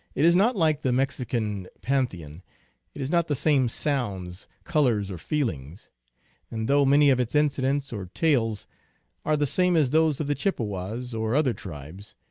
it is not like the mexican pan theon it has not the same sounds, colors, or feelings and though many of its incidents or tales are the same as those of the chippewas, or other tribes,